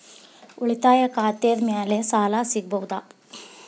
ಉಳಿತಾಯ ಖಾತೆದ ಮ್ಯಾಲೆ ಸಾಲ ಸಿಗಬಹುದಾ?